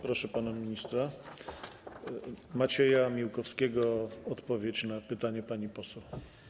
Proszę pana ministra Macieja Miłkowskiego o odpowiedź na pytanie pani poseł.